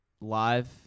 Live